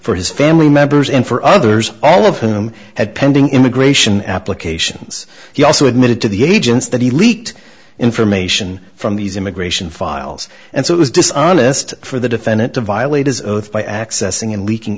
for his family members and for others all of whom had pending immigration applications he also admitted to the agents that he leaked information from these immigration files and so it was dishonest for the defendant to violate his oath by accessing and leaking